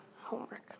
homework